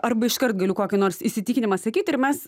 arba iškart galiu kokį nors įsitikinimą sakytir mes